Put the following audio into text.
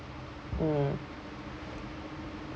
mm